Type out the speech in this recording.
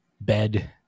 bed